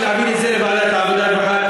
שנעביר את זה לוועדת העבודה והרווחה,